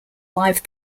live